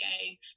game